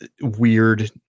weird